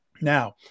now